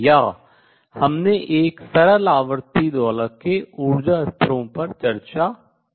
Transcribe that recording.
या हमने एक सरल आवर्ती दोलक के ऊर्जा स्तरों पर चर्चा की